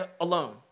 alone